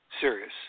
serious